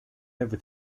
over